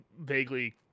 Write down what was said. vaguely